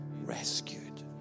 rescued